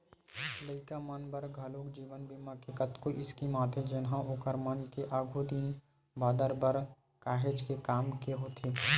लइका मन बर घलोक जीवन बीमा के कतको स्कीम आथे जेनहा ओखर मन के आघु दिन बादर बर काहेच के काम के होथे